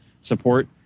support